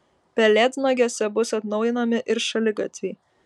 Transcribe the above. pelėdnagiuose bus atnaujinami ir šaligatviai